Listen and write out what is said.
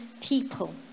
people